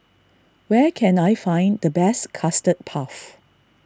where can I find the best Custard Puff